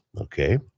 Okay